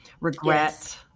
regret